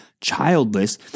childless